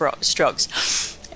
strokes